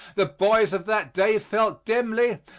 the boys of that day felt dimly,